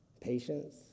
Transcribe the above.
Patience